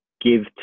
give